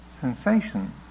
sensation